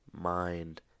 mind